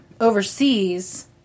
overseas